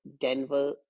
Denver